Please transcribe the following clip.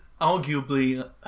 arguably